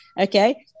Okay